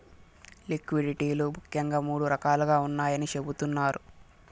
liquidity లు ముఖ్యంగా మూడు రకాలుగా ఉన్నాయని చెబుతున్నారు